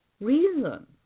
reason